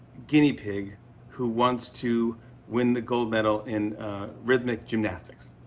guinea pig who wants to win the gold medal in rhythmic gymnastics.